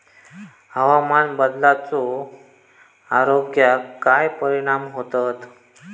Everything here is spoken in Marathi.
हवामान बदलाचो आरोग्याक काय परिणाम होतत?